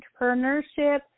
entrepreneurship